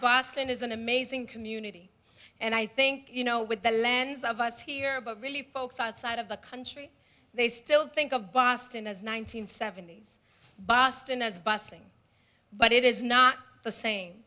boston is an amazing community and i think you know with the lens of us here but really folks outside of the country they still think of boston as one nine hundred seventy s boston as busing but it is not the same